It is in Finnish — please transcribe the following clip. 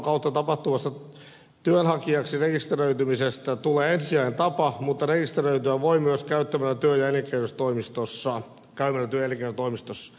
sähköisestä verkkopalvelun kautta tapahtuvasta työhakijaksi rekisteröitymisestä tulee ensisijainen tapa mutta rekisteröityä voi myös käymällä työ ja elinkeinotoimistossa